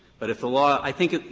but if the law i think,